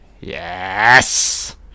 yes